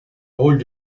rôles